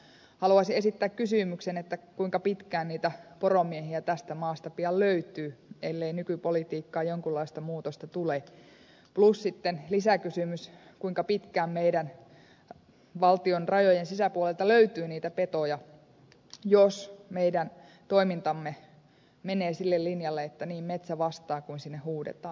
mutta haluaisin esittää kysymyksen kuinka pitkään niitä poromiehiä tästä maasta pian löytyy ellei nykypolitiikkaan tule jonkunlaista muutosta plus sitten lisäkysymys kuinka pitkään meidän valtion rajojen sisäpuolelta löytyy niitä petoja jos meidän toimintamme menee sille linjalle että niin metsä vastaa kuin sinne huudetaan